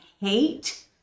hate